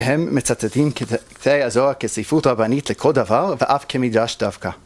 הם מצטטים קטעי הזוהר כספרות רבנית לכל דבר ואף כמדרש דווקא.